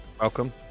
welcome